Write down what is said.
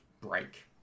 break